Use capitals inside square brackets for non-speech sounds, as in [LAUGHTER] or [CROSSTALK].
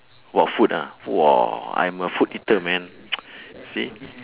!wah! food ah !wah! I'm a food eater man [NOISE] see